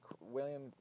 William